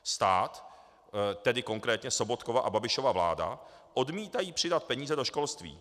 Stát, tedy konkrétně Sobotkova a Babišova vláda, odmítá přidat peníze do školství.